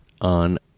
on